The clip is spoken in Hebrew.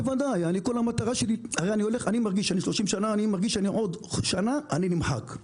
בוודאי, אני מרגיש שעוד שנה אני נמחק.